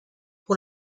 pour